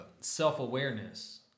self-awareness